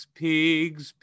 pigs